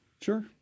Sure